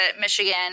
Michigan